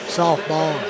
softball